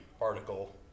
article